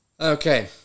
Okay